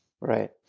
Right